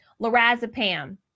lorazepam